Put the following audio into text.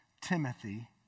Timothy